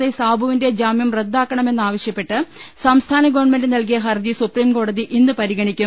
I സാബുവിന്റെ ജാമൃം റദ്ദാക്കണം എന്നാവശ്യപ്പെട്ട് സംസ്ഥാന ഗവൺമെന്റ് നൽകിയ ഹർജി സുപ്രീം കോടതി ഇന്ന് പരിഗണിക്കും